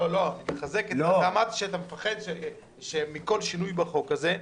אתה אמרת שאתה מפחד מכל שינוי בחוק הזה.